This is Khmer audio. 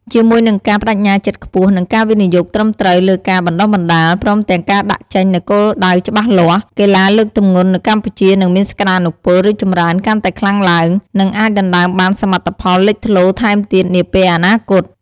ជាមួយនឹងការប្តេជ្ញាចិត្តខ្ពស់ និងការវិនិយោគត្រឹមត្រូវលើការបណ្តុះបណ្តាល ព្រមទាំងការដាក់ចេញនូវគោលដៅច្បាស់លាស់ កីឡាលើកទម្ងន់នៅកម្ពុជានឹងមានសក្តានុពលរីកចម្រើនកាន់តែខ្លាំងឡើង និងអាចដណ្តើមបានសមិទ្ធផលលេចធ្លោថែមទៀតនាពេលអនាគត។